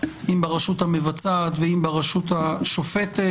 אם ברשות המבצעת ואם ברשות השופטת,